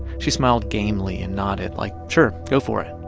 she smiled gamely and nodded, like sure, go for it.